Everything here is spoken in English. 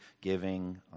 giving